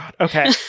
Okay